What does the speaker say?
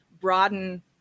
broaden